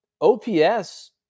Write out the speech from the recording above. OPS